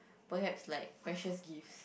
perhaps like precious gifts